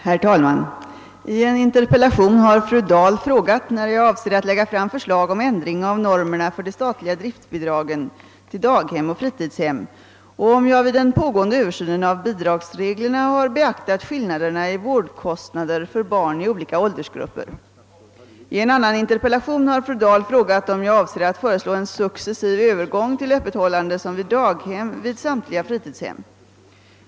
Herr talman! I en interpellation har fru Dahl frågat när jag avser att lägga fram förslag om ändring av normerna för de statliga driftbidragen till daghem och fritidshem och om jag vid den pågående översynen av bidragsreglerna har beaktat skillnaderna i vårdkostnader för barn i olika åldersgrupper. I en annan interpellation har fru Dahl frågat om jag avser att föreslå en successiv övergång till öppethållande som vid daghem vid samtliga fritidshem.